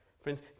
Friends